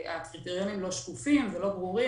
שהקריטריונים לא שקופים ולא ברורים.